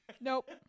nope